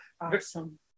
Awesome